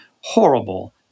horrible